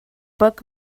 book